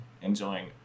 enjoying